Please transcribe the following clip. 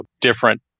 different